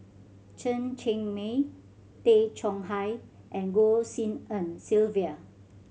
Chen Cheng Mei Tay Chong Hai and Goh Tshin En Sylvia